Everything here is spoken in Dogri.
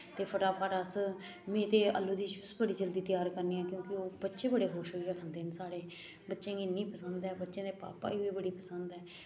ते फटाफट अस में ते आलू दी डिश बड़ी जल्दी त्यार करनी आं क्योंकी ओह् बच्चे बड़े खुश होई खंदे न साढ़े बच्चें गी इ'न्नी पसंद ऐ बच्चें दे पापा ई बी बड़ी पसंद ऐ